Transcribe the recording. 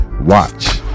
Watch